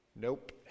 Nope